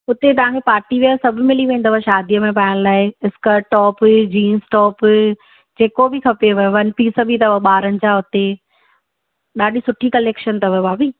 हुते तव्हांखे party wear सभु मिली वेंदव शादीअ में पाइण लाइ स्कट टॉप जीन्स टॉप जेको बि खपेव वन पीस बि अथव बारनि जा हुते ॾाढी सुठी कलेक्शन अथव भाभी